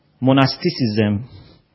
monasticism